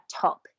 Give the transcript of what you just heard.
top